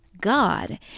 God